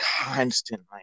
constantly